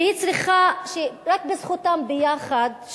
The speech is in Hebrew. שרק בזכותם ביחד,